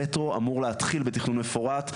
המטרו אמור להתחיל בתכנון מפורט,